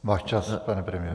Váš čas, pane premiére.